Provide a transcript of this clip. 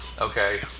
okay